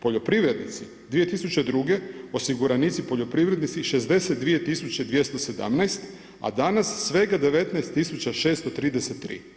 Poljoprivrednici 2002. osiguranici poljoprivrednici 62217, a danas svega 19633.